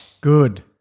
Good